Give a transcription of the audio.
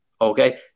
okay